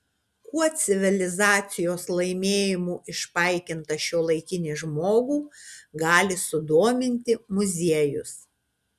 kuo civilizacijos laimėjimų išpaikintą šiuolaikinį žmogų gali sudominti muziejus